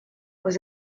was